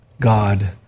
God